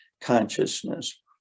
consciousness